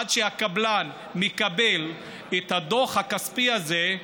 עד שהקבלן מקבל את הדוח הכספי הזה,